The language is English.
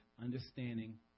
understanding